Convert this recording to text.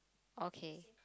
okay